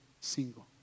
single